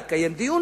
יתקיים דיון,